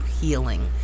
healing